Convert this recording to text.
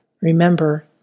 Remember